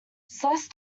slice